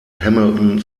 hamilton